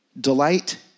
Delight